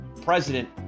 president